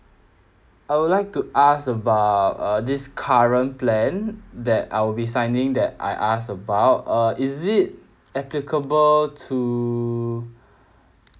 I would like to ask about uh this current plan that I will be signing that I asked about uh is it applicable to